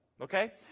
okay